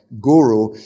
guru